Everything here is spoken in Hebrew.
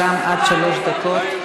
גם לרשותך עד שלוש דקות.